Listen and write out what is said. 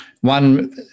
One